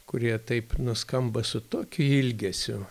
kurie taip nuskamba su tokiu ilgesiu